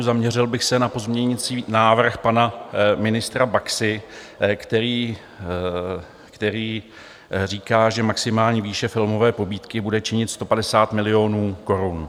Zaměřil bych se na pozměňující návrh pana ministra Baxy, který říká, že maximální výše filmové pobídky bude činit 150 milionů korun.